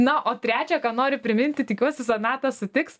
na o trečia ką noriu priminti tikiuosi sonata sutiks